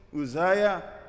Uzziah